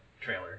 trailer